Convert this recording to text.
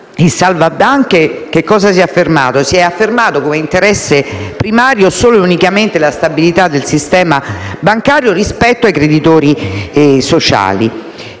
salva banche si è affermato come interesse primario solo ed unicamente la stabilità del sistema bancario rispetto ai creditori sociali